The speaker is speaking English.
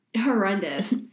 horrendous